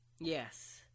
Yes